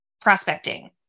prospecting